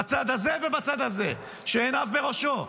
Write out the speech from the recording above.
בצד הזה ובצד הזה, שעיניו בראשו,